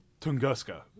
Tunguska